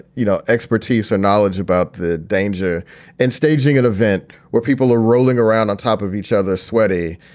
you know, expertise or knowledge about the danger in staging an event where people are rolling around on top of each other, sweaty,